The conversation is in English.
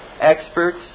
experts